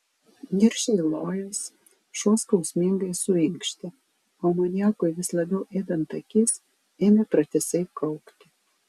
niršiai lojęs šuo skausmingai suinkštė o amoniakui vis labiau ėdant akis ėmė pratisai kaukti